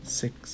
six